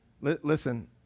Listen